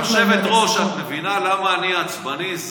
היושבת-ראש, את מבינה למה אני עצבני?